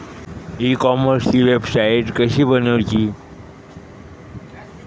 E कॉमर्सची website कशी बनवची?